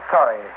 Sorry